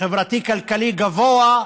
חברתי-כלכלי גבוה.